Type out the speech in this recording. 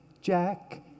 Jack